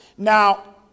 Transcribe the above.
now